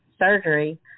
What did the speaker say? surgery